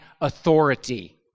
authority